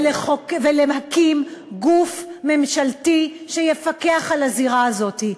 ולהקים גוף ממשלתי שיפקח על הזירה הזאת.